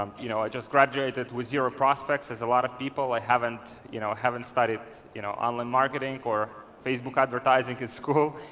um you know i just graduated with zero prospects. there's a lot of people. i haven't you know haven't studied you know online marketing or facebook advertising in school.